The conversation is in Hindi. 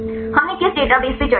हमने किस डेटाबेस पर चर्चा की